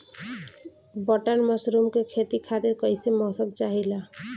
Button mushroom के खेती खातिर कईसे मौसम चाहिला?